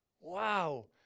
wow